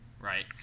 right